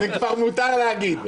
זה כבר מותר להגיד.